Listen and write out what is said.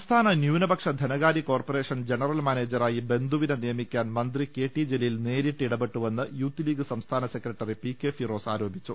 സംസ്ഥാന ന്യൂനപക്ഷ ധനകാര്യ കോർപ്പറേഷൻ ജനറൽ മാനേജറായി ബന്ധുവിനെ നിയമിക്കാൻ മന്ത്രി കെടി ജലീൽ നേരിട്ട് ഇടപെട്ടുവെന്ന് യൂത്ത് ലീഗ് സംസ്ഥാന സെക്രട്ടറി പികെ ഫിറോസ് ആരോപിച്ചു